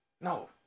No